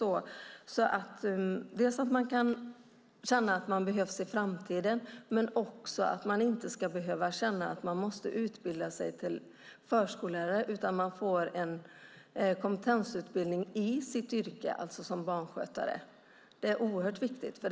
Man ska känna att man behövs i framtiden men samtidigt inte behöva känna att man måste utbilda sig till förskollärare. Yrket barnskötare ska innebära en kompetens.